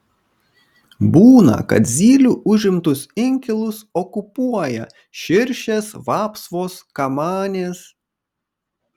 būna kad zylių užimtus inkilus okupuoja širšės vapsvos kamanės